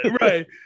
right